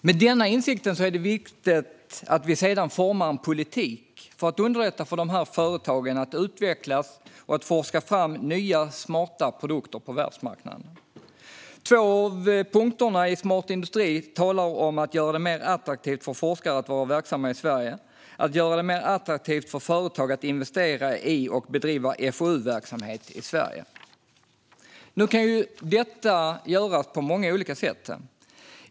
Med denna insikt är det viktigt att vi sedan formar en politik för att underlätta för de här företagen att utvecklas och att forska fram nya, smarta produkter på världsmarknaden. Under två av punkterna i Smart industri - en nyindustrialiseringsstrategi för Sverige talas det om att göra det mer attraktivt för forskare att vara verksamma i Sverige och att göra det mer attraktivt för företag att investera i och bedriva FoU-verksamhet i Sverige. Detta kan göras på många olika sätt.